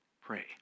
pray